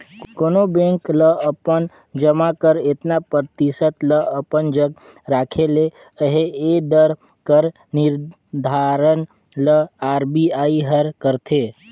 कोनो बेंक ल अपन जमा कर एतना परतिसत ल अपन जग राखे ले अहे ए दर कर निरधारन ल आर.बी.आई हर करथे